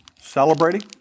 celebrating